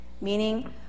Meaning